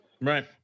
Right